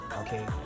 Okay